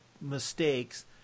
mistakes